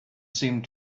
seemed